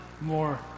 more